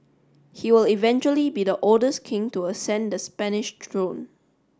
he will eventually be the oldest king to ascend the Spanish throne